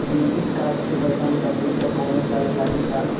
Debit card से पैसा निकलले पर कौनो चार्ज लागि का?